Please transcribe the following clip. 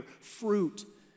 fruit